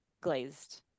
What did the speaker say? glazed